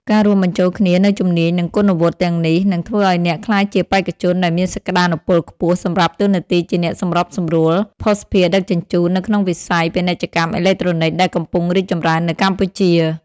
ការរួមបញ្ចូលគ្នានូវជំនាញ និងគុណវុឌ្ឍិទាំងនេះ នឹងធ្វើឱ្យអ្នកក្លាយជាបេក្ខជនដែលមានសក្តានុពលខ្ពស់សម្រាប់តួនាទីជាអ្នកសម្របសម្រួលភស្តុភារដឹកជញ្ជូននៅក្នុងវិស័យ ពាណិជ្ជកម្មអេឡិចត្រូនិក ដែលកំពុងរីកចម្រើននៅកម្ពុជា។